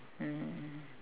mmhmm